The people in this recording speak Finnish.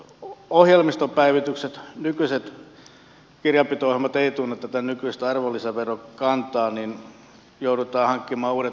nykyiset kirjanpito ohjelmat eivät tunne tätä nykyistä arvonlisäverokantaa joten joudutaan hankkimaan uudet ohjelmistopäivitykset